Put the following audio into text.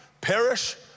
perish